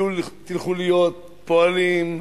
תלכו להיות פועלים,